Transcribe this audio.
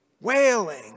wailing